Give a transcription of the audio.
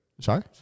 Sorry